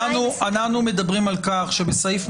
אבל כשאין,